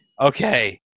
Okay